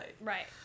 Right